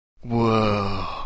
whoa